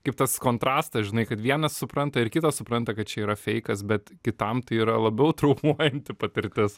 kaip tas kontrastas žinai kad vienas supranta ir kitas supranta kad čia yra feikas bet kitam tai yra labiau traumuojanti patirtis